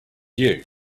you